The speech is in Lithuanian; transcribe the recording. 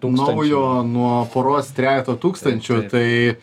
naujo nuo poros trejeto tūkstančių tai